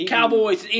Cowboys